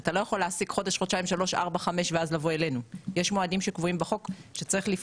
אתה לא יכול להעסיק חודש חודשיים שלוש ארבע חמש ואז לבוא אלינו,